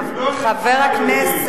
תודה רבה.